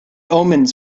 omens